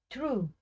True